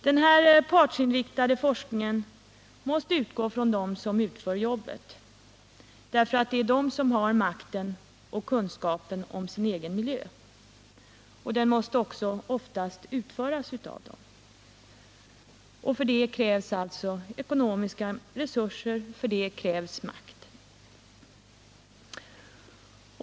Denna partsinriktade forskning måste utgå från dem som utför jobbet — det är nämligen de som har makten och kunskapen om sin egen miljö — och den måste också oftast utföras av dem. För detta krävs alltså ekonomiska resurser och makt.